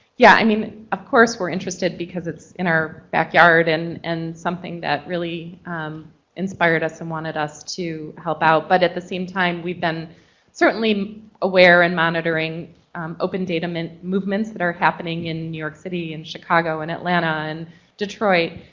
yeah i mean of course we're interested because it's in our backyard and and something that really um inspired us and wanted us to help out, but at the same time we've been certainly aware and monitoring open data um movements that are happening in new york city, in chicago, and atlanta, and detroit.